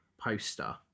poster